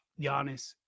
Giannis